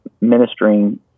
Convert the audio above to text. ministering